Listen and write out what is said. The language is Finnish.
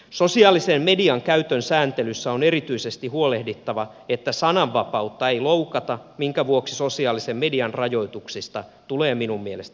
sosiaalisen median käytön sääntelyssä on erityisesti huolehdittava että sananvapautta ei loukata minkä vuoksi sosiaalisen median rajoituksista tulee minun mielestäni luopua